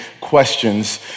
questions